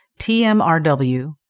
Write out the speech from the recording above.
TMRW